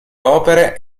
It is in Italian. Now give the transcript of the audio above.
opere